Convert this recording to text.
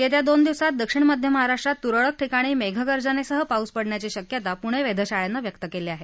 येत्या दोन दिवसात दक्षिण मध्य महाराष्ट्रात तुरळक ठिकाणी मेघगर्जनेसह पाऊस पडण्याची शक्यता पूणे वेधशाळेनं व्यक्त केली आहे